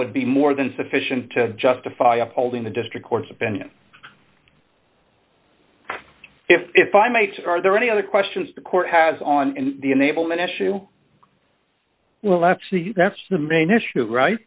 would be more than sufficient to justify upholding the district court's opinion if if i'm mates are there any other questions the court has on and the enablement issue well that's the that's the main issue right